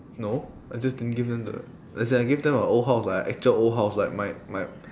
no I just didn't give them the as in I gave them a old house like a actual old house like my my